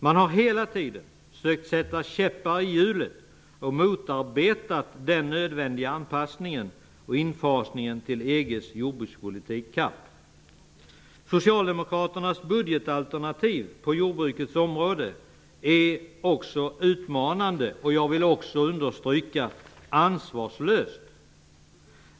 Man har hela tiden sökt sätta käppar i hjulen och motarbetat den nödvändiga anpassningen till och infasningen i Socialdemokraternas budgetalternativ på jordbrukets område är utmanande och -- det vill jag understryka -- ansvarslöst.